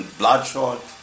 bloodshot